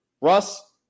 Russ